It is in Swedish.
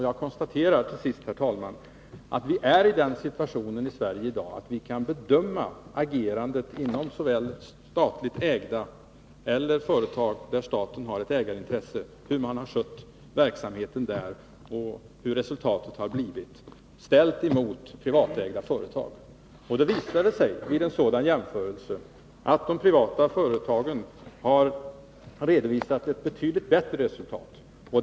Jag konstaterar till sist, herr talman, att vi i Sverige i dag är i den situationen att vi kan bedöma hur man har skött verksamheten inom statligt ägda företag eller företag där staten har ett ägarintresse och se hur resultatet har blivit, ställt emot privatägda företag. Det visar sig vid en sådan jämförelse att de privata företagen har redovisat ett betydligt bättre resultat.